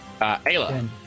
Ayla